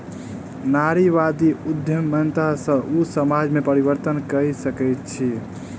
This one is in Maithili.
नारीवादी उद्यमिता सॅ ओ समाज में परिवर्तन कय सकै छै